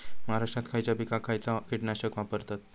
महाराष्ट्रात खयच्या पिकाक खयचा कीटकनाशक वापरतत?